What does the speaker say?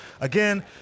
again